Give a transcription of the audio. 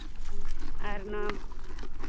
ᱦᱩᱸ ᱟᱨ ᱚᱱᱟ